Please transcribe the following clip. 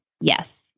Yes